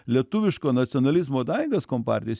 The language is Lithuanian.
lietuviško nacionalizmo daigas kompartijos